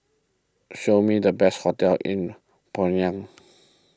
show me the best hotels in Pyongyang